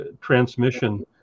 transmission